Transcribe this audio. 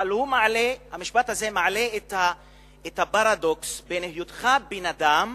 אבל המשפט הזה מעלה את הפרדוקס בין היותך בן-אדם